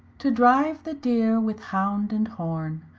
to drive the deere with hound and horne,